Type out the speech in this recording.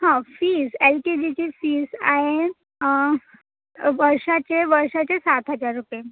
हां fees L K जीची fees आहे वर्षाचे वर्षाचे सात हजार रुपये